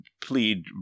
plead